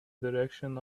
direction